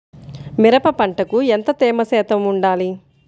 మిరప పంటకు ఎంత తేమ శాతం వుండాలి?